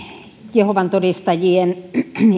jehovan todistajien